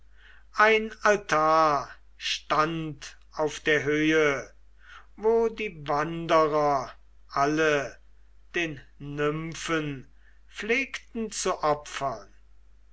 ein altar stand auf der höhe wo die wanderer alle den nymphen pflegten zu opfern